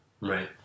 right